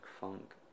funk